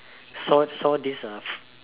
so so this uh